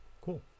Cool